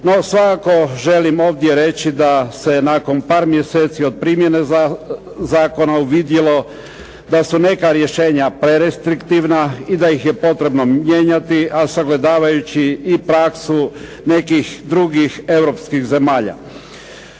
No, svakako želim ovdje reći da se nakon par mjeseci od primjene zakona vidjelo, da su neka rješenja prerestriktivna i da ih je potrebno mijenjati, a sagledavajući i praksu nekih drugih europskih zemalja.